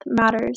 matters